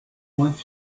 moins